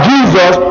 Jesus